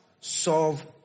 solve